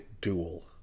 Duel